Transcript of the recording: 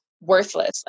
worthless